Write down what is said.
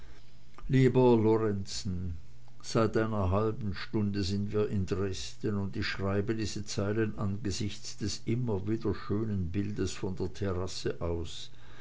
lieber lorenzen seit einer halben stunde sind wir in dresden und ich schreibe diese zeilen angesichts des immer wieder schönen bildes von der terrasse aus